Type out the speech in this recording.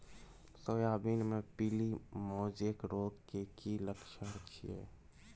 Soybean मे पीली mosaic रोग के की लक्षण छीये?